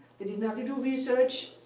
they didn't have to do research,